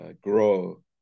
grow